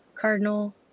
cardinal